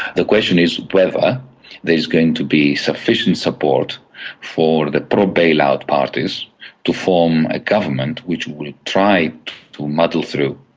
the question is whether there is going to be sufficient support for the pro-bailout parties to form a government which will try to muddle through.